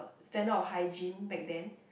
standard of hygiene back then